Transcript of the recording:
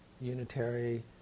unitary